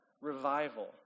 revival